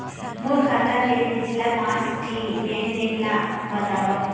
मोर खाता के पिछला पांच ठी लेन देन ला बताव?